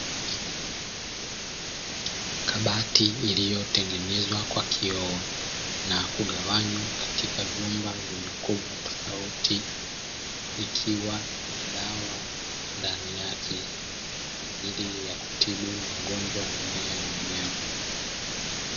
Kabati lililotengenezwa kwa kioo na kugawanywa katika vyumba vyenye ukubwa tofauti, ikiwa na dawa ndani yake ya kutibu magonjwa ya mimea na wanyama.